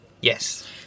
Yes